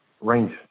range